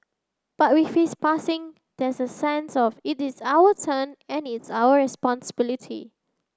but with his passing there's a sense of it is our turn and it's our responsibility